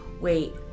wait